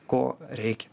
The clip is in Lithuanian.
ko reikia